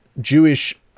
Jewish